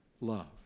love